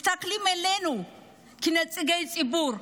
מסתכלים עלינו כנציגי ציבור,